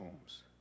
homes